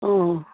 অঁ